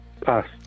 Pass